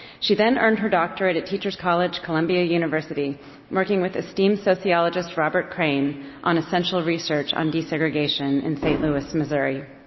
she then earned her doctorate at teachers college columbia university working with esteemed sociologist robert crane on essential research on desegregation in st. louis, missouri.